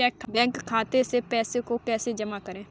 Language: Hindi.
बैंक खाते से पैसे को कैसे जमा करें?